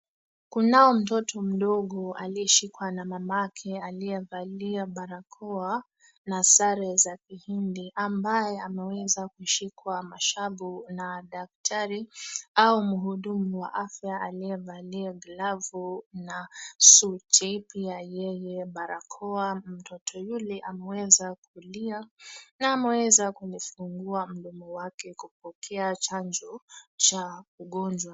Kunao mtoto mdogo aliyeshikwa na mamake aliyevalia barakoa na sare za Kihindi, ambaye ameweza kushikwa mashavu na daktari au muhudumu wa afya aliyevalia glavu na suti, pia yeye barakoa. Mtoto yule ameweza kulia na ameweza kulifungua mdomo wake kupokea chanjo cha ugonjwa.